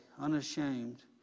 unashamed